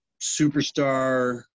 superstar